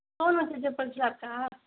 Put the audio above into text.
stone வச்ச செப்பல்ஸ்லாம் இருக்கா